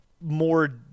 more